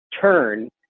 turn